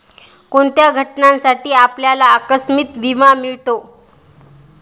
कोणत्या घटनांसाठी आपल्याला आकस्मिक विमा मिळतो?